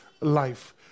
life